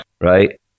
Right